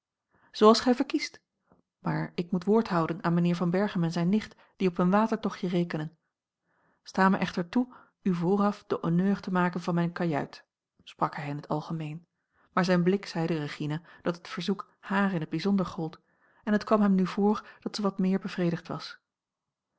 zooals gij verkiest maar ik moet woord houden aan mijnheer van berchem en zijne nicht die op een watertochtje rekenen sta mij echter toe u vooraf de honneurs te maken van mijne kajuit sprak hij in t algemeen maar zijn blik zeide regina dat a l g bosboom-toussaint langs een omweg het verzoek haar in t bijzonder gold en het kwam hem nu voor dat ze wat meer bevredigd was